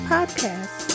Podcast